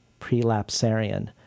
prelapsarian